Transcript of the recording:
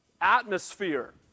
atmosphere